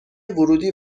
ورودی